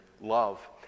love